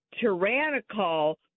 tyrannical